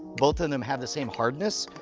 both of them have the same hardness,